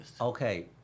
Okay